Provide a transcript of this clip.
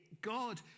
God